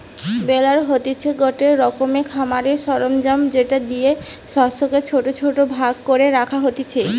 বেলার হতিছে গটে রকমের খামারের সরঞ্জাম যেটা দিয়ে শস্যকে ছোট ছোট ভাগ করে রাখা হতিছে